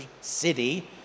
City